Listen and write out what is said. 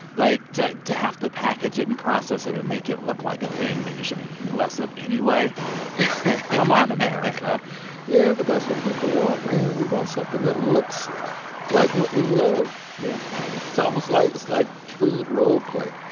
like, to to have to package it and process it and make it look like a thing that you should be eating less of anyway come on, america yeah, but that's what people want, man. we want something that looks like what we love yeah it's almost like it's like food role-play